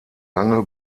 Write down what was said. lange